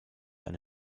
eine